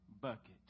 bucket